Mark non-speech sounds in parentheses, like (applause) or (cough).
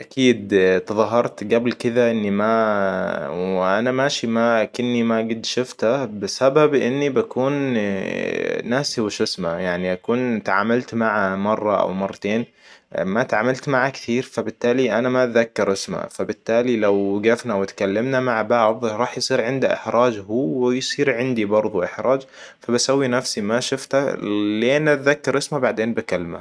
اكيد تظاهرت قبل كذا إني ما وانا ماشي ما كأني ما قد شفته بسبب إني بكون (hesitation) ناسي وش إسمه يعني اكون تعاملت مع مرة او مرتين ما تعاملت معه كثير فبالتالي أنا ما أتذكر إسمها فبالتالي لو وقفنا وإتكلمنا مع بعض راح يصير عنده إحراج هو ويصير عندي برضو إحراج. فبسوي نفسي ما شفته لين أتذكر إسمه بعدين بكلمه